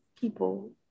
people